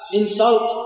insult